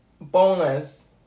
bonus